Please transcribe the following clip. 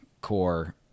core